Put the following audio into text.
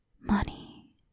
money